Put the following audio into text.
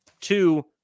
two